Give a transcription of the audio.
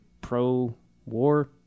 pro-war